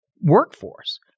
workforce